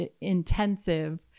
intensive